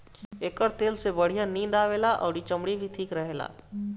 एकर तेल से बढ़िया नींद आवेला अउरी चमड़ी भी ठीक रहेला